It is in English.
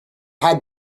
had